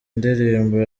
indirimbo